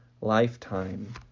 Lifetime